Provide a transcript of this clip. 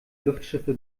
luftschiffe